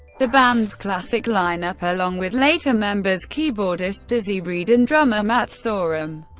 the band's classic lineup, along with later members keyboardist dizzy reed and drummer matt sorum,